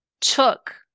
took